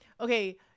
okay